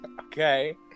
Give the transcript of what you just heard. Okay